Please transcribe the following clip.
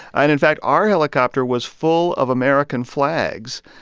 and, in fact, our helicopter was full of american flags,